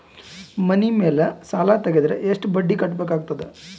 ಮನಿ ಮೇಲ್ ಸಾಲ ತೆಗೆದರ ಎಷ್ಟ ಬಡ್ಡಿ ಕಟ್ಟಬೇಕಾಗತದ?